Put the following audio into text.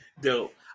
dope